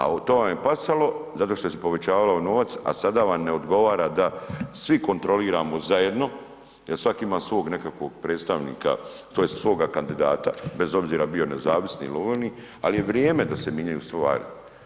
A to vam je pasalo zato što se povećavalo novac, a sada vam ne odgovara da svi kontroliramo zajedno da svaki ima svog nekakvog predstavnika, tj. svoga kandidata, bez obzira bio nezavisni ili oni, ali je vrijeme da se mijenjaju stvari.